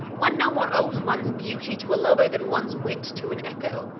one no more owes one's beauty to a lover than one's wit to an echo.